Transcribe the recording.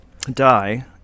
die